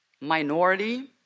minority